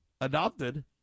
adopted